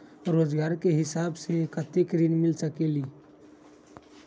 रोजगार के हिसाब से कतेक ऋण मिल सकेलि?